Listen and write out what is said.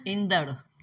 ईंदड़